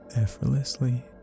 effortlessly